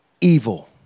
evil